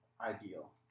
ideal